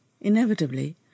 inevitably